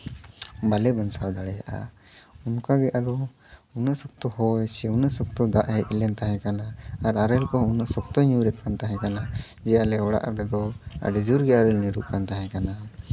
ᱵᱟᱞᱮ ᱵᱟᱧᱪᱟᱣ ᱫᱟᱲᱮᱭᱟᱜᱼᱟ ᱚᱱᱠᱟ ᱜᱮ ᱟᱫᱚ ᱩᱱᱟᱹᱜ ᱥᱚᱠᱛᱚ ᱦᱚᱭ ᱥᱮ ᱩᱱᱟᱹᱜ ᱥᱚᱠᱛᱚ ᱫᱟᱜ ᱦᱮᱡ ᱞᱮᱱ ᱛᱟᱦᱮᱸ ᱠᱟᱱᱟ ᱟᱨ ᱟᱨᱮᱹᱞ ᱠᱚᱦᱚᱸ ᱩᱱᱟᱹᱜ ᱥᱚᱠᱛᱚᱭ ᱧᱩᱨᱮᱫ ᱠᱟᱱ ᱛᱟᱦᱮᱸ ᱠᱟᱱᱟ ᱡᱮ ᱟᱞᱮ ᱚᱲᱟᱜ ᱨᱮᱫᱚ ᱟᱹᱰᱤ ᱡᱳᱨ ᱜᱮ ᱟᱨᱮᱹᱞ ᱧᱩᱨᱩᱜ ᱠᱟᱱ ᱛᱟᱦᱮᱸ ᱠᱟᱱᱟ